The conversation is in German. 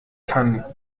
kann